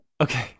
Okay